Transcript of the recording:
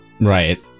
Right